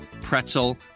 pretzel